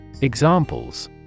Examples